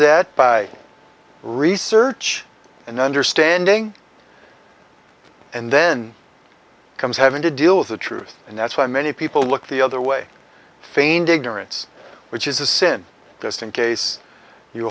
that by research and understanding and then comes having to deal with the truth and that's why many people look the other way feigned ignorance which is a sin just in case you